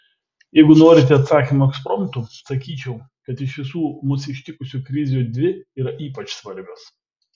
jeigu norite atsakymo ekspromtu sakyčiau kad iš visų mus ištikusių krizių dvi yra ypač svarbios